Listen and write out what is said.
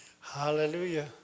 Hallelujah